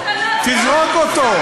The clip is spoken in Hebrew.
תזרוק אותו,